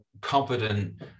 competent